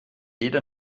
jede